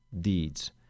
deeds